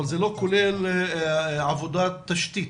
אבל זה לא כולל עבודת תשתית.